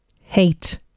hate